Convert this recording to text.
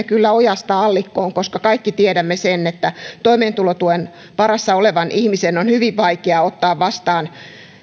kyllä ojasta allikkoon koska kaikki tiedämme sen että toimeentulotuen varassa olevan ihmisen on hyvin vaikea ottaa vastaan